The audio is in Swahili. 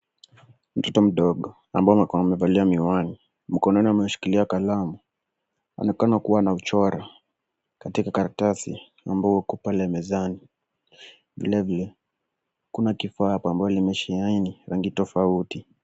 Mtoto mdogo ambaye amevalia miwani, mkononi ameshikilia kalamu anaonekana kuwa anauchora katika karatasi ambao uko pale mezani. Vile vile kuna kifaa hapo ambao limesheheni rangi tofauti .